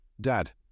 Dad